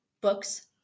books